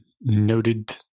noted